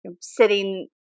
sitting